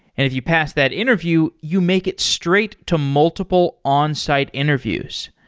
if you pass that interview, you make it straight to multiple onsite interviews.